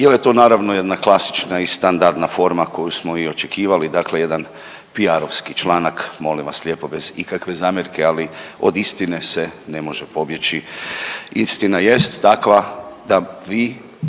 jer je to naravno jedna klasična i standardna forma koju smo i očekivali, dakle jedan PR-ovski članak, molim vas lijepo, bez ikakve zamjerke, ali od istine se ne može pobjeći. Istina jest takva da vi